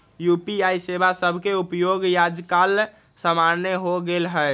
UPI सेवा सभके उपयोग याजकाल सामान्य हो गेल हइ